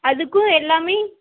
அதுக்கும் எல்லாமே